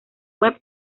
web